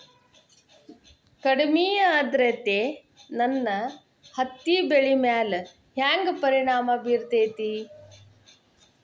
ಕಡಮಿ ಆದ್ರತೆ ನನ್ನ ಹತ್ತಿ ಬೆಳಿ ಮ್ಯಾಲ್ ಹೆಂಗ್ ಪರಿಣಾಮ ಬಿರತೇತಿ?